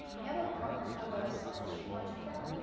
you have a partner for the science project yet?